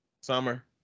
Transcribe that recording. Summer